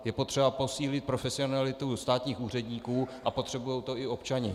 Je potřeba posílit profesionalitu státních úředníků a potřebují to i občané.